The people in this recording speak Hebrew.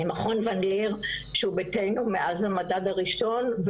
למכון ון ליר שהוא ביתנו מאז המדד הראשון,